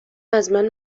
ازمن